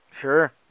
Sure